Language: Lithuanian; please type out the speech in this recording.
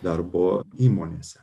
darbo įmonėse